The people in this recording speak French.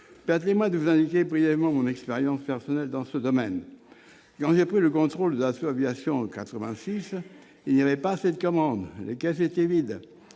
Permettez-moi de retracer brièvement mon expérience personnelle dans ce domaine. Quand j'ai pris le contrôle de Dassault Aviation, en 1986, il n'y avait pas assez de commandes et les caisses étaient vides.